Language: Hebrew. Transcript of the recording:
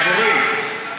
חברים,